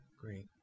Great